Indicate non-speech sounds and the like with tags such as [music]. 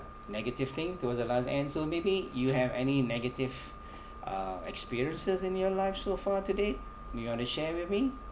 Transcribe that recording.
negative thing to the last and so maybe you have any negative [breath] uh experiences in your life so far today do you want to share with me